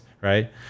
Right